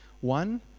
One